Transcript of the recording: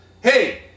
Hey